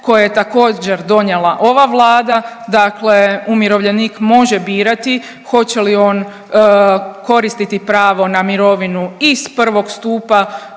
koja je također donijela ova Vlada, dakle umirovljenik može birati hoće li on koristiti pravo na mirovinu iz prvog stupa